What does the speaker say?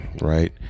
Right